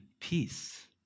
peace